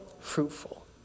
Fruitful